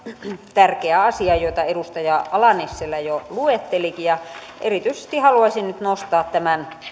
tärkeään asiaan joita edustaja ala nissilä jo luettelikin ja erityisesti haluaisin nyt nostaa tämän